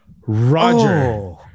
Roger